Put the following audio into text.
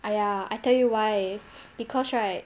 !aiya! I tell you why because right